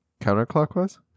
counterclockwise